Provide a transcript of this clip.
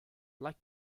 like